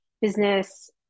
business